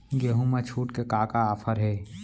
गेहूँ मा छूट के का का ऑफ़र हे?